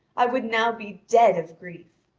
i would now be dead of grief.